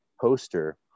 poster